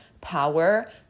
power